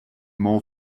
more